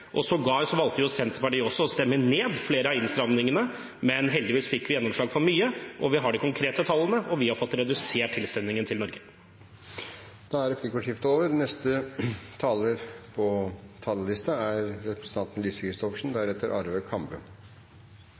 ønsket. Sågar valgte Senterpartiet å stemme ned flere av innstramningene, men heldigvis fikk vi gjennomslag for mye. Vi har de konkrete tallene – vi har fått redusert tilstrømningen til Norge. Replikkordskiftet er over. I 2015 opplevde Europa, ikke bare Norge, en ekstraordinær situasjon med et høyt antall asylsøkere som verken vi eller andre land var forberedt på